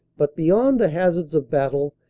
but, beyond the hazards of battle,